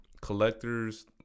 collectors